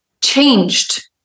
changed